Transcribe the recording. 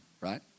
right